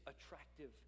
attractive